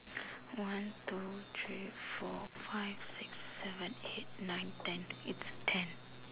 one two three four five six seven eight nine ten it's ten